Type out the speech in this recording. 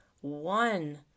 one